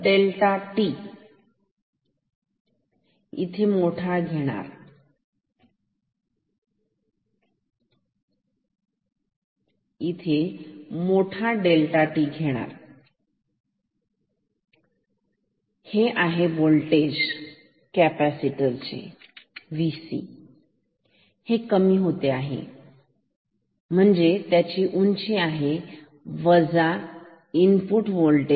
तर delta t इथे मोठा डेल्टा t घेणार हे आहे होल्टेज VC हे कमी होत आहे म्हणजे त्याची उंची आहे Vi ∆tRc हे आहे Vi हे आहे VC ठीक